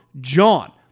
JOHN